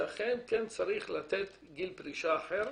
שאכן כן צריך לתת גיל פרישה אחר,